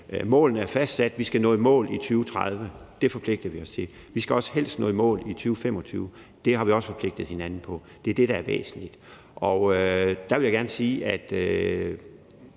Målene er fastsat; vi skal nå i mål i 2030. Det forpligter vi os til. Vi skal også helst nå i mål i 2025. Det har vi også forpligtet hinanden på. Det er det, der er væsentligt. Og der vil jeg gerne sige, at